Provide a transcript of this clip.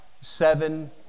Seven